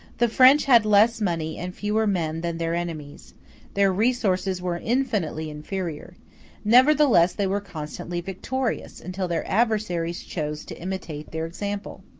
the french had less money and fewer men than their enemies their resources were infinitely inferior nevertheless they were constantly victorious, until their adversaries chose to imitate their example.